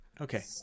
okay